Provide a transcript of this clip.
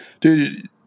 dude